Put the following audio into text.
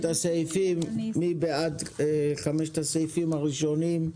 מי בעד אישור חמשת הסעיפים הראשונים?